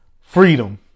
freedom